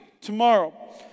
tomorrow